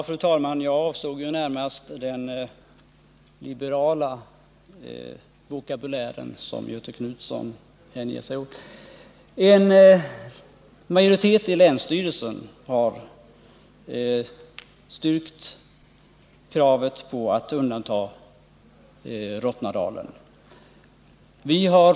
Fru talman! Jag avsåg ju närmast den liberala vokabulär som Göthe Knutson hänger sig åt. En majoritet i länsstyrelsen har styrkt kravet på att undanta Rottnadalen.